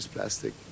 plastic